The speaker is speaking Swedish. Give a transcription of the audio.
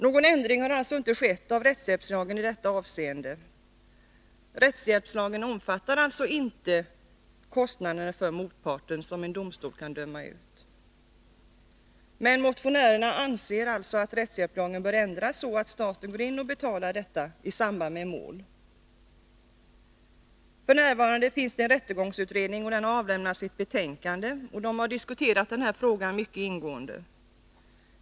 Någon ändring av rättshjälpslagen i detta avseende har alltså inte skett. Den omfattar inte de motpartskostnader som en domstol kan döma ut. Men motionärerna anser att rättshjälpslagen bör ändras så att staten går in och betalar dessa kostnader i samband med mål. Rättegångsutredningen har avlämnat sitt betänkande. Den har diskuterat denna fråga mycket ingående.